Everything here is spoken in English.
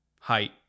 height